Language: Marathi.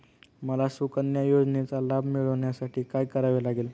मला सुकन्या योजनेचा लाभ मिळवण्यासाठी काय करावे लागेल?